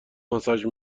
ماساژ